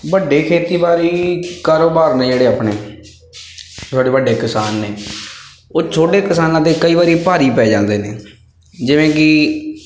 ਵੱਡੇ ਖੇਤੀਬਾੜੀ ਕਾਰੋਬਾਰ ਨੇ ਜਿਹੜੇ ਆਪਣੇ ਵੱਡੇ ਵੱਡੇ ਕਿਸਾਨ ਨੇ ਉਹ ਛੋਟੇ ਕਿਸਾਨਾਂ 'ਤੇ ਕਈ ਵਾਰੀ ਭਾਰੀ ਪੈ ਜਾਂਦੇ ਨੇ ਜਿਵੇਂ ਕਿ